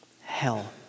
hell